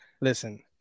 Listen